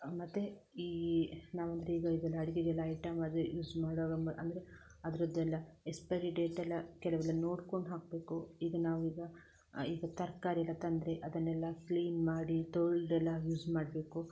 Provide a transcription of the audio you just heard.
ಮತ್ತೆ ಈ ನಾವಂದರೆ ಈಗ ಈಗ ಅಡಿಗೆಗೆಲ್ಲ ಐಟಂ ಅದು ಯೂಸ್ ಮಾಡುವಾಗ ಅಂದರೆ ಅದರದ್ದೆಲ್ಲ ಎಸ್ಪೈರಿ ಡೇಟೆಲ್ಲ ಕೆಲವೆಲ್ಲ ನೋಡಿಕೊಂಡು ಹಾಕಬೇಕು ಈಗ ನಾವೀಗ ಈಗ ತರಕಾರಿಯೆಲ್ಲ ತಂದರೆ ಅದನ್ನೆಲ್ಲ ಕ್ಲೀನ್ ಮಾಡಿ ತೊಳೆದೆಲ್ಲ ಯೂಸ್ ಮಾಡಬೇಕು